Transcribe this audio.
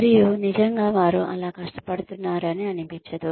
మరియు నిజంగా వారు అలా కష్టపడుతున్నారు అని అనిపించదు